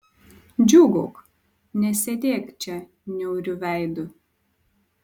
džiūgauk nesėdėk čia niauriu veidu